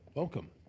welcome,